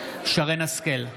שרן מרים השכל,